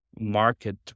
market